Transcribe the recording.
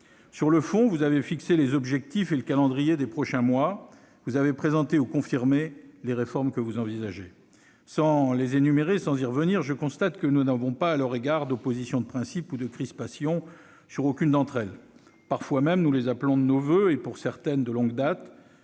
Sur le fond, vous avez fixé les objectifs et le calendrier des prochains mois. Vous avez présenté ou confirmé les réformes que vous envisagez. Sans les énumérer, je constate que nous n'avons pas à leur égard d'opposition de principe, ni de crispation sur aucune d'entre elles. Parfois même, nous les appelons de nos voeux, pour certaines de longue date.